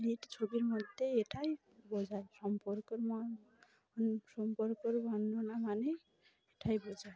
এই ছবির মধ্যে এটাই বোঝায় সম্পর্ক সম্পর্ক বর্ণনা মানে এটাই বোঝায়